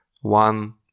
one